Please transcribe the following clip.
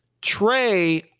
Trey